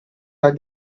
your